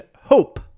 Hope